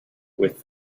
with